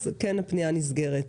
כן הפנייה נסגרת.